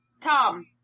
Tom